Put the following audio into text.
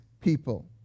people